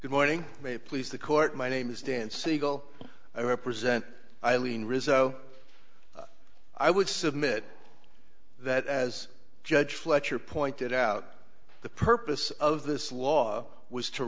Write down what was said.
good morning may please the court my name is dan siegel i represent eileen rizzo i would submit that as judge fletcher pointed out the purpose of this law was to